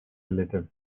relative